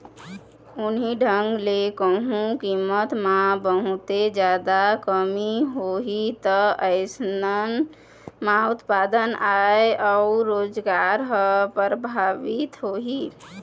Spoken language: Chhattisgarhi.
उहीं ढंग ले कहूँ कीमत म बहुते जादा कमी होही ता अइसन म उत्पादन, आय अउ रोजगार ह परभाबित होही